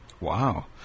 Wow